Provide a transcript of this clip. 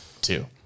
Two